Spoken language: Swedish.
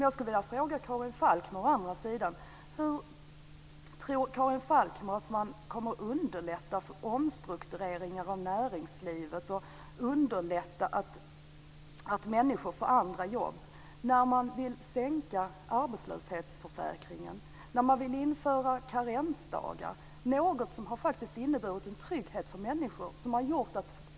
Jag skulle vilja fråga Karin Falkmer hur man underlättar för omstruktureringar av näringslivet och hur man underlättar för människor att få andra jobb om man sänker arbetslöshetsförsäkringen och inför karensdagar. Det har faktiskt inneburit en trygghet för människor.